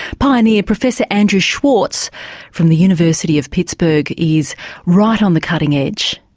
pioneer professor andrew schwartz from the university of pittsburgh is right on the cutting edge.